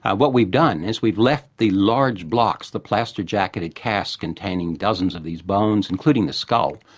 ah what we've done is we've left the large blocks, the plaster jacketed cask containing dozens of these bones, including the skull,